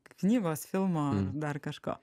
knygos filmo ar dar kažko